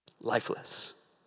lifeless